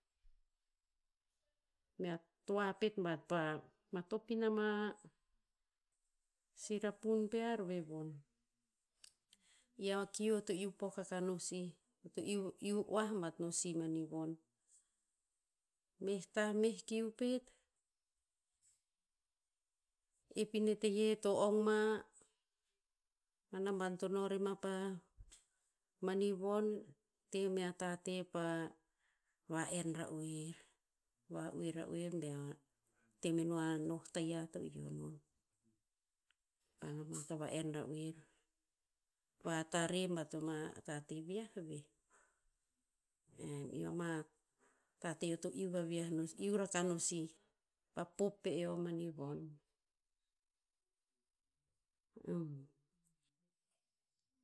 Mea toa pet bat pa matop ina ma si rapun pear ve von. I a kiu eo to iu pok akah ino sih. Eo to iu oah bat no si mani von. Meh tah meh kiu pet, ep ine teye to ong ma, a naban to no rema pa mani von, te me a tate apa va'en ra'oer. Va'oe ra'oer bea te meno a noh tayiah to hio non. Ka nohnoh ka va'en ra'oer. A tare bat ama tate viah veh. Em, i ama tate eo to iu vaviah no iu rakah no sih. Pa pop pe eo mani von.